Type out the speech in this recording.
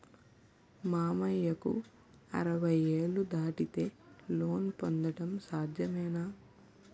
మామయ్యకు అరవై ఏళ్లు దాటితే లోన్ పొందడం సాధ్యమేనా?